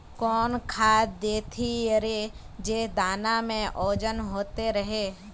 कौन खाद देथियेरे जे दाना में ओजन होते रेह?